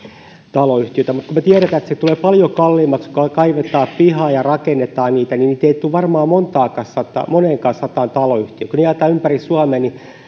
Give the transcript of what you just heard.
taloyhtiötä mutta kun me tiedämme että se tulee paljon kalliimmaksi kun kaivetaan pihaa ja rakennetaan paikkoja niin niitä ei tule varmaan moneenkaan sataan taloyhtiöön kun ne jaetaan ympäri suomea niin